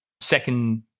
second